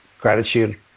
gratitude